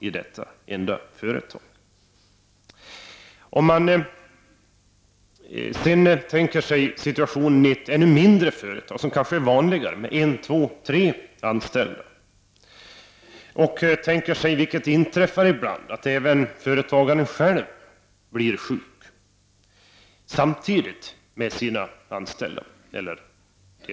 Låt oss sedan se på situationen i ett ännu mindre företag, vilket kanske är vanligare, med en, två eller tre anställda. Man kan så tänka sig att företagaren själv blir sjuk — detta inträffar ju ibland — samtidigt med sina anställda.